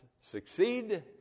succeed